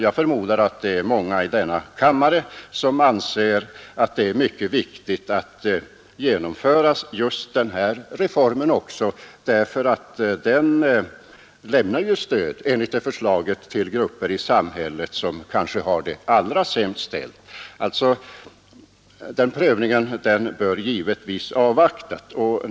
Jag förmodar att många i denna kammare anser det mycket viktigt att genomföra just den reformen, eftersom den enligt förslaget kommer att ge stöd till de grupper i samhället som kanske har det allra sämst ställt. Den prövningen bör givetvis avvaktas.